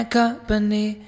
company